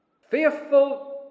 faithful